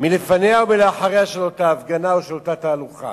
לפני ואחרי אותה הפגנה או תהלוכה.